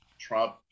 Trump